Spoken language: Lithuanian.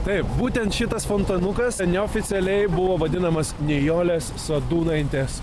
taip būtent šitas fontaniukas neoficialiai buvo vadinamas nijolės sadūnaitės